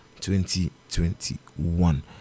2021